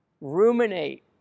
Ruminate